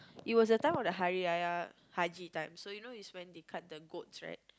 it was the time of the Hari-Raya-haji time so you know is when they cut the goats right